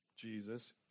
Jesus